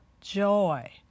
joy